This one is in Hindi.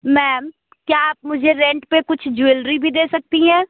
मैम क्या आप मुझे रेंट पे कुछ ज्वेलरी भी दे सकती हैं